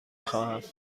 خواهم